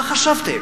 מה חשבתם?